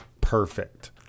Perfect